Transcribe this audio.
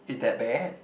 is that bad